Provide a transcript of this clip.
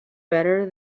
better